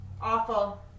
Awful